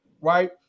right